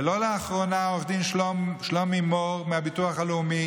עורכי הדין של משרד הביטחון,